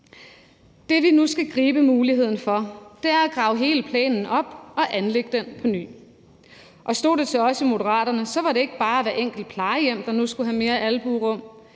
Det, vi nu skal gribe muligheden for, er at grave hele plænen op og anlægge den på ny. Stod det til os i Moderaterne, var det ikke bare hvert enkelt plejehjem, der nu skulle have mere albuerum.